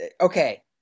okay